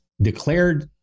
declared